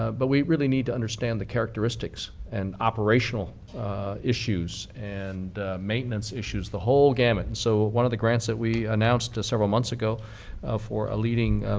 ah but we really need to understand the characteristics and operational issues and maintenance issues, the whole gamut. so one of the grants that we announced several months ago for a leading